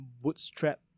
bootstrap